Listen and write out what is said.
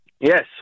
Yes